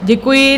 Děkuji.